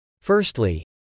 Firstly